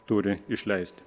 turi išleisti